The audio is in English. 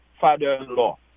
father-in-law